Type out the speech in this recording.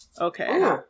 Okay